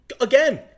again